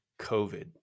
COVID